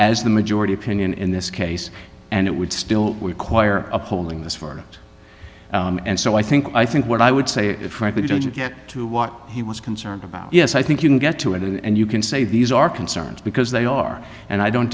as the majority opinion in this case and it would still require upholding this verdict and so i think i think what i would say it frankly did you get to what he was concerned about yes i think you can get to it and you can say these are concerns because they are and i don't